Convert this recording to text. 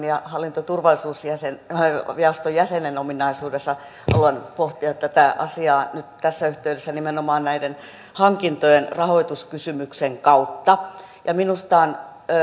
ja hallinto ja turvallisuusjaoston jäsenen ominaisuudessa haluan pohtia tätä asiaa nyt tässä yhteydessä nimenomaan näiden hankintojen rahoituskysymyksen kautta minusta on